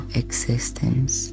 existence